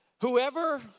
Whoever